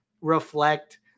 reflect